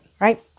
Right